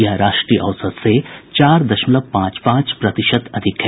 यह राष्ट्रीय औसत से चार दशमलव पांच पांच प्रतिशत अधिक है